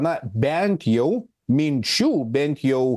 na bent jau minčių bent jau